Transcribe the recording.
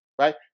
right